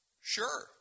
Sure